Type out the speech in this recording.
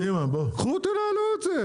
קחו תנהלו את זה.